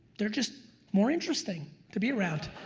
they're just more interesting to be around.